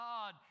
God